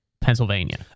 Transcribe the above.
Pennsylvania